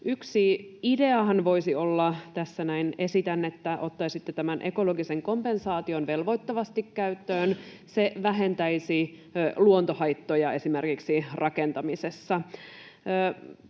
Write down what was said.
tässä — näin esitän — että ottaisitte tämän ekologisen kompensaation velvoittavasti käyttöön, se vähentäisi luontohaittoja esimerkiksi rakentamisessa.